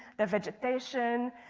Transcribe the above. the vegetation,